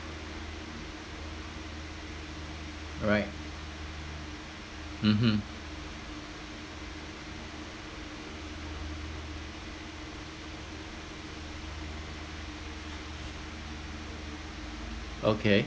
alright mmhmm okay